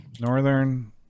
Northern